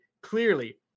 clearly